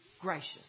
Gracious